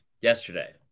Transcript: Yesterday